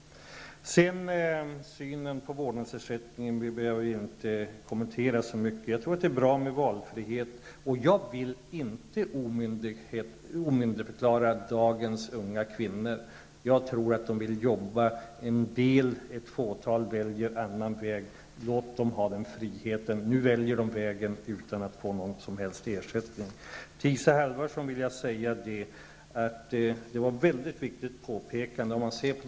Jag behöver inte särskilt kommentera synen på vårdnadsersättning. Jag tror att det är bra med valfrihet, och jag vill inte omyndigförklara dagens unga kvinnor. Jag tror att de vill jobba. En del, ett fåtal, väljer en annan väg -- låt dem ha den friheten! Nu väljer de den vägen utan att få någon som helst ersättning. Det var ett mycket viktigt påpekande som Isa Halvarsson gjorde.